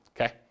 okay